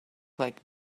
like